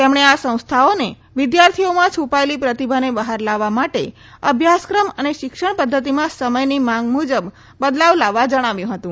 તેમણે આ સંસ્થાનોને વિદ્યાર્થીઓમાં છુપાયેલી પ્રતિભાને બહાર લાવવા માટે અભ્યાસક્રમ અને શિક્ષણ પદ્ધતિમાં સમયની માંગ મુજબ બદલાવ લાવવા જણાવ્યું હતું